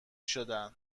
شدن